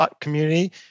community